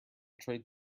trade